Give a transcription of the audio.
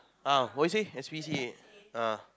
ah what you say S_P_C_A ah